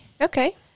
Okay